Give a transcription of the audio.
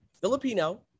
Filipino